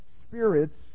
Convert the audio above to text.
spirits